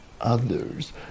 others